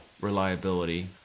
reliability